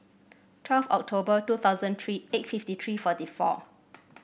twelve October two thousand three eight fifty three forty four